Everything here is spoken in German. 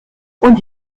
und